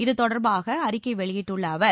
இது தொடர்பாக அறிக்கை வெளியிட்டுள்ள அவர்